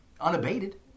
unabated